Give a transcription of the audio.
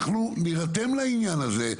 אנחנו נירתם לעניין הזה,